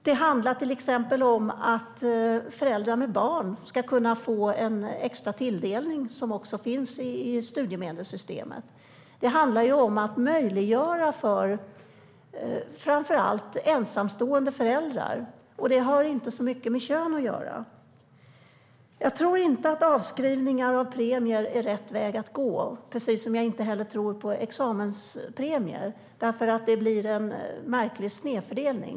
Det handlar till exempel om att föräldrar med barn ska kunna få en extra tilldelning, vilket också finns i studiemedelssystemet. Det handlar om att möjliggöra för framför allt ensamstående föräldrar, och det har inte så mycket med kön att göra. Jag tror inte att avskrivningar och premier är rätt väg att gå, precis som jag inte heller tror på examenspremier. Det blir en märklig snedfördelning.